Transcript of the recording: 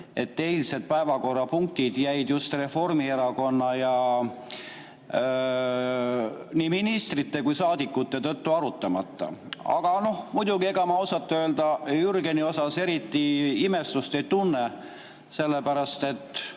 et eilsed päevakorrapunktid jäid just Reformierakonna ministrite ja saadikute tõttu arutamata. Aga noh, muidugi, ega ma ausalt öelda Jürgeni puhul eriti imestust ei tunne, sellepärast et